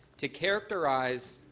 to characterize